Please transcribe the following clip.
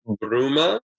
Bruma